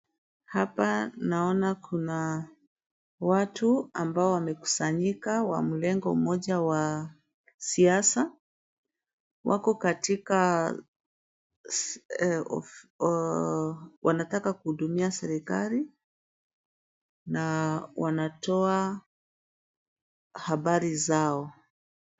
Hapa naona kuna watu ambao wamekusanyika wa mrengo mmoja wa siasa, wako katika, wanataka kuhudumia serikali na wanatoa habari zao.